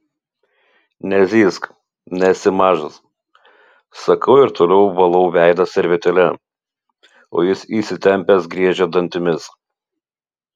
nezyzk nesi mažas sakau ir toliau valau veidą servetėle o jis įsitempęs griežia dantimis